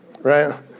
Right